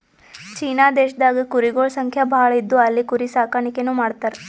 China ದೇಶದಾಗ್ ಕುರಿಗೊಳ್ ಸಂಖ್ಯಾ ಭಾಳ್ ಇದ್ದು ಅಲ್ಲಿ ಕುರಿ ಸಾಕಾಣಿಕೆನೂ ಮಾಡ್ತರ್